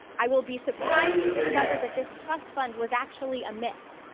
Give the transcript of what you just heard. i will be surprised to discover that this trust fund was actually a myth,